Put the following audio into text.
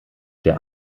der